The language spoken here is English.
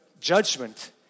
judgment